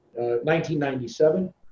1997